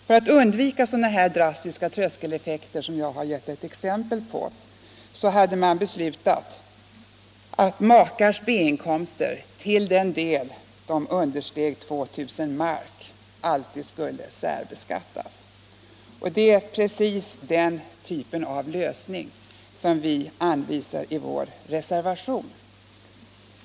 För att undvika sådana drastiska tröskeleffekter som jag har givit ett exempel på hade man beslutat att makars B-inkomster, till den del de understeg 2 000 mark, alltid skulle särbeskattas. Det är precis den typen av lösning som vi anvisar i vår reservation.